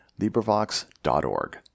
LibriVox.org